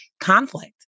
conflict